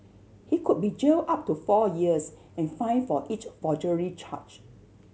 he could be jail up to four years and fine for each forgery charge